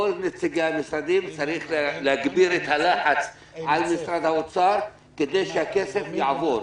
כל נציגי המשרדים צריכים להגביר את הלחץ על משרד האוצר כדי שהכסף יעבור,